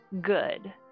good